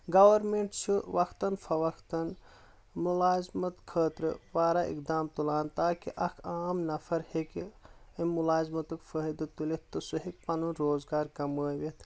government چھُ وقتَن فٕوقتَن مُلازمت خٲطرٕ واریاہ اقدام تُلان تاکہِ اکھ عام نَفر ہیکہِ امہِ ملازمتُک فٲہِدٕ تُلتھ تہٕ سہُ ہیکہِ پنُن رُوزگار کمٲوِتھ